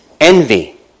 envy